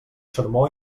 sermó